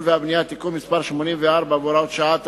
והבנייה (תיקון מס' 84 והוראת שעה),